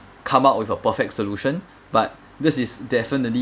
come up with a perfect solution but this is definitely